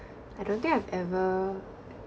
I don't think I've ever